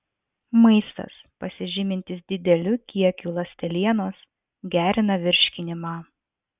maistas pasižymintis dideliu kiekiu ląstelienos gerina virškinimą